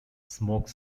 smoke